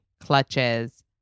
clutches